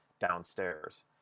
Downstairs